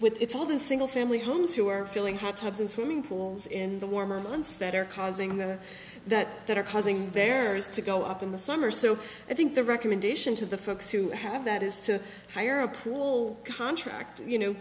it's all the single family homes who are feeling had tubs and swimming pools in the warmer months that are causing the that that are causing bears to go up in the summer so i think the recommendation to the folks who have that is to hire a pool contract you know